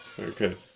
okay